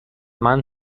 منم